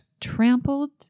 Trampled